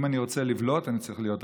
אם אני רוצה לבלוט אני צריך להיות רע.